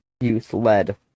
youth-led